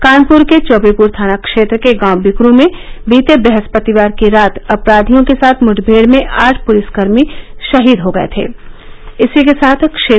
कानपर के चौबेपर थाना क्षेत्र के गांव बिकरू में बीते बहस्पतिवार को रात अपराधियों के साथ मुठभेड में आठ पुलिसकर्मी शहीद हो गए थे